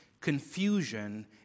confusion